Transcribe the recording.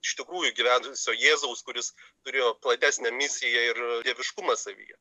iš tikrųjų gyvenusio jėzaus kuris turėjo platesnę misiją ir dieviškumą savyje